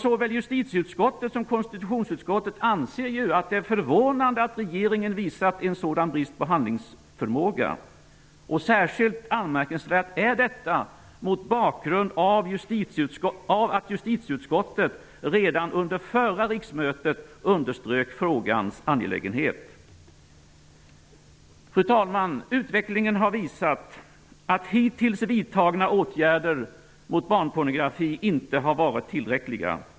Såväl justitieutskottet som konstitutionsutskottet anser ju att det är förvånande att regeringen visat en sådan brist på handlingsförmåga. Särskilt anmärkningsvärt är detta mot bakgrund av att justitieutskottet redan under förra riksmötet underströk frågans angelägenhet. Fru talman! Utvecklingen har visat att hittills vidtagna åtgärder mot barnpornografi inte har varit tillräckliga.